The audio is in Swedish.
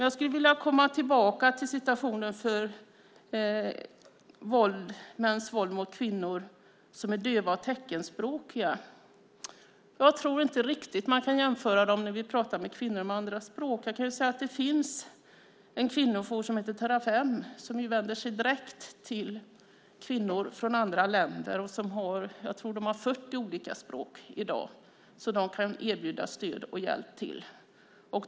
Jag skulle vilja komma tillbaka till mäns våld mot kvinnor som är döva och teckenspråkiga. Jag tror inte riktigt att man kan jämföra dem med kvinnor med andra språk. Det finns en kvinnojour som heter Terrafem och vänder sig direkt till kvinnor från andra länder. De har 40 olika språk i dag, tror jag, som de kan erbjuda stöd och hjälp på.